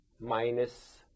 minus